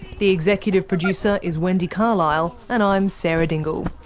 the executive producer is wendy carlisle, and i'm sarah dingle.